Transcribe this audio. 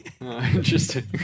Interesting